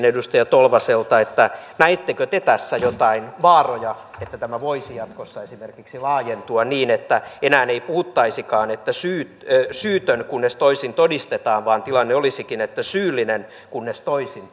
edustaja tolvaselta näettekö te tässä jotain vaaroja että tämä voisi jatkossa esimerkiksi laajentua niin että enää ei puhuttaisikaan että syytön kunnes toisin todistetaan vaan tilanne olisikin että syyllinen kunnes toisin